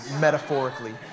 metaphorically